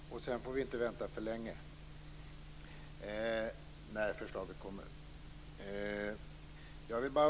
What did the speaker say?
Fru talman! Sedan får vi inte vänta för länge när förslaget kommit.